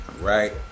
right